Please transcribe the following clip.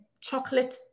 chocolate